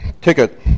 ticket